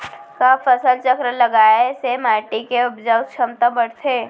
का फसल चक्र लगाय से माटी के उपजाऊ क्षमता बढ़थे?